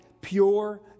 pure